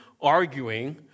arguing